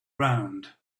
round